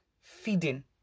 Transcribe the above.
feeding